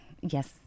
yes